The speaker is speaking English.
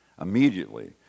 immediately